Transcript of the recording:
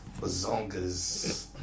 bazongas